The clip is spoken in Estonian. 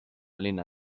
linna